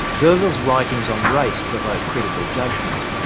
d'urville's writings on race provoke critical judgement.